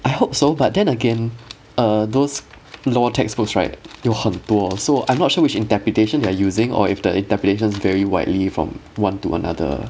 I hope so but then again err those law textbooks right 有很多 so I'm not sure which interpretation they are using or if the interpretations vary widely from one to another